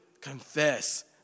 confess